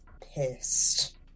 pissed